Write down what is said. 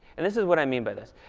and this is what i mean by this.